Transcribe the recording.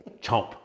Chomp